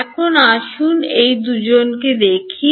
এখন আসুন এই দুজনকে দেখি